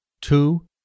Two